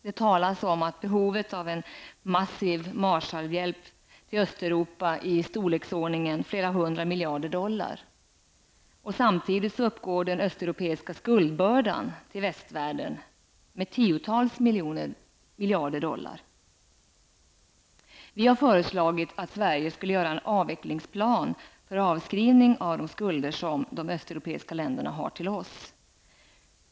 Det talas om behov av en massiv ''Marshallhjälp'' till Östeuropa i storleksordningen flera hundra miljarder dollar. Samtidigt uppgår den östeuropeiska skuldbördan till västvärlden till tiotals miljarder dollar. Vi har föreslagit att Sverige skulle utarbeta en avvecklingsplan för avskrivning av de skulder som de östeuropeiska länderna har till oss.